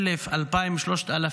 1,000, 2,000, 3,000,